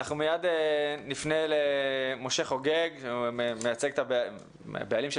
מייד נפנה למשה חוגג שמייצג את הבעלים של